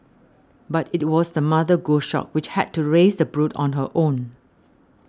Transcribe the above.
but it was the mother goshawk which had to raise the brood on her own